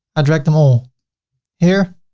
i drag them all here.